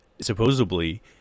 supposedly